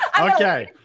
Okay